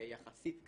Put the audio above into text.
יחסית קל,